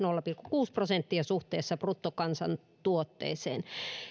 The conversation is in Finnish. kuusi prosenttia suhteessa bruttokansantuotteeseen